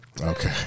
Okay